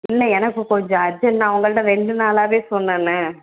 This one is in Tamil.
இல்லை எனக்கு கொஞ்சம் அர்ஜெண்ட் நான் உங்கள்ட்ட ரெண்டு நாளாகவே சொன்னேன